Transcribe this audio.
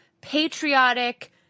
patriotic